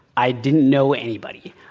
i didn't know anybody.